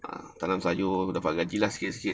tanam sayur dapat gaji lah sikit-sikit